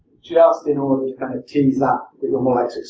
just in order to kind of tease ah